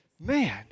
Man